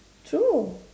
true